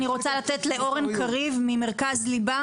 אני רוצה לתת לאורן הניג ממרכז ליבה